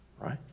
right